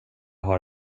har